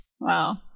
Wow